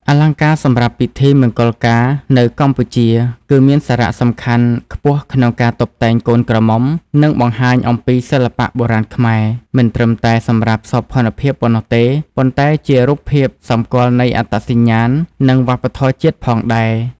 អលង្ការសម្រាប់ពិធីមង្គលការនៅកម្ពុជា គឺមានសារៈសំខាន់ខ្ពស់ក្នុងការតុបតែងកូនក្រមុំ និងបង្ហាញអំពីសិល្បៈបុរាណខ្មែរ។ មិនត្រឹមតែសម្រាប់សោភ័ណភាពប៉ុណ្ណោះទេ ប៉ុន្តែជារូបភាពសម្គាល់នៃអត្តសញ្ញាណ និងវប្បធម៌ជាតិផងដែរ។